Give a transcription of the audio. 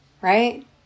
right